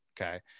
Okay